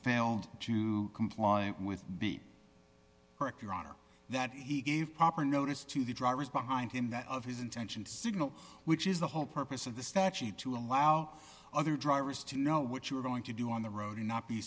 failed to comply with the correct your honor that he gave proper notice to the drivers behind him that of his intention to signal which is the whole purpose of the statute to allow other drivers to know what you're going to do on the road and not be